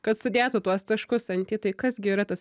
kad sudėtų tuos taškus ant i tai kas gi yra tas